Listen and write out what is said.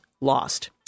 lost